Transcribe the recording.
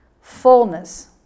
fullness